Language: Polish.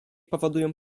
powodują